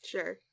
Sure